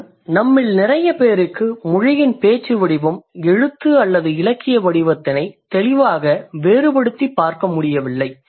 மேலும் நம்மில் நிறைய பேருக்கு மொழியின் பேச்சு வடிவம் எழுத்து அல்லது இலக்கிய வடிவத்தினை தெளிவாக வேறுபடுத்திப் பார்க்க முடியவில்லை